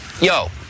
Yo